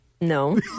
no